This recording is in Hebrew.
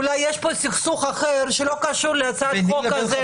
אולי יש פה סכסוך אחר שלא קשור להצעת החוק הזו.